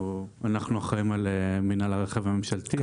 אנחנו אחראים על מינהל הרכב הממשלתי.